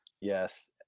Yes